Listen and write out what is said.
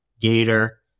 gator